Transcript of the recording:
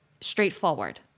straightforward